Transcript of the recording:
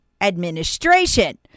administration